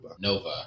Nova